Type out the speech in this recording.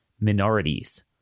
minorities